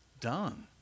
done